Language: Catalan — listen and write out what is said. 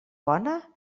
bona